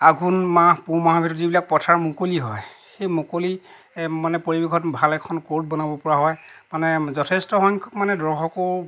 আঘোণ মাহ পুহ মাহ ভিতৰত যিবিলাক পথাৰ মুকলি হয় সেই মুকলি মানে পৰিৱেশত ভাল এখন কৰ্ট বনাব পৰা হয় মানে যথেষ্ট সংখ্যক মানে দৰ্শকো